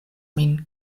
min